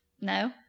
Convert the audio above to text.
No